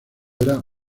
era